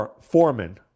Foreman